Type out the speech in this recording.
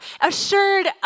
assured